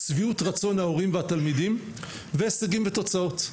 שביעות רצון ההורים והתלמידים, והישגים ותוצאות.